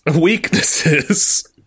weaknesses